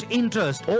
interest